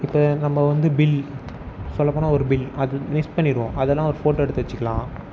இப்போ நம்ம வந்து பில் சொல்லப்போனால் ஒரு பில் அது மிஸ் பண்ணிவிடுவோம் அதலாம் ஃபோட்டோ எடுத்து வச்சுக்கலாம்